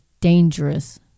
dangerous